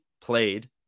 played